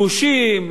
גושים,